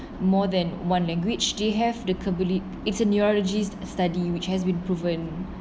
more than one language they have the capabi~ it's a neurologist study which has been proven